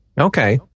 okay